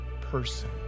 person